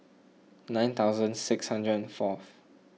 nine thousand six hundred and fourth